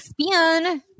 spin